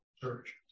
Church